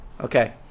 okay